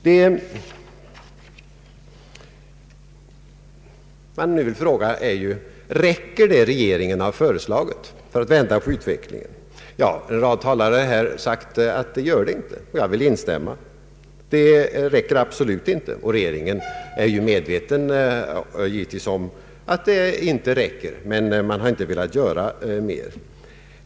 Den fråga man nu ställer är: Räcker det som regeringen har föreslagit för att vända på utvecklingen? En rad talare har sagt att det inte räcker, och jag vill instämma. Det räcker absolut inte. Regeringen är givetvis medveten om detta, men den har inte velat göra mer.